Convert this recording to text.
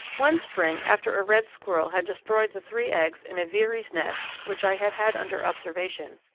one spring after a red squirrel had destroyed the three eggs in a veery's nest which i had had under observation,